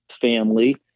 family